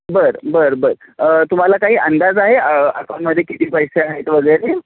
बर बर बर तुम्हाला काही अंदाज आहे अकाउंटमध्ये किती पैसे आहेत वगैरे